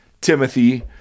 Timothy